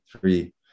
three